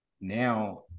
now